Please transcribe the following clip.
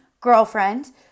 girlfriend